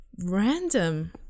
random